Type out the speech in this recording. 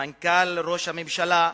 מנכ"ל משרד ראש הממשלה,